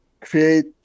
create